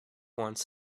wants